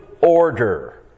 order